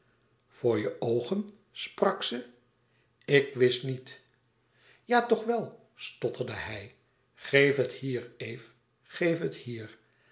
voor je oogen sprak ze ik wist niet ja toch wel stotterde hij geef het hier eve geef het hier